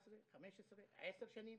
14, 15, 10 שנים.